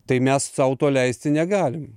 tai mes sau to leisti negalim